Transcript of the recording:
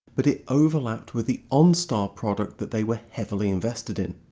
but it overlapped with the onstar product that they were heavily invested in.